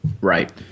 Right